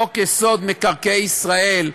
חוק-יסוד: מקרקעי ישראל,